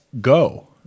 go